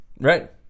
right